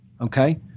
Okay